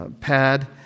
pad